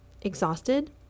exhausted